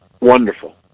Wonderful